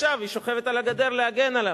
עכשיו היא שוכבת על הגדר להגן עליו.